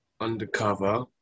undercover